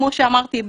כמו שאמרתי,